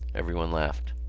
everyone laughed.